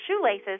shoelaces